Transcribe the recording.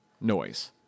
noise